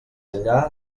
enllà